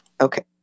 Okay